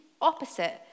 opposite